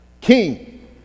king